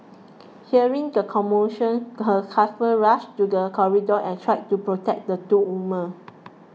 hearing the commotion her husband rushed to the corridor and tried to protect the two woman